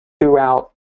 throughout